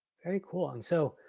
very cool one. so,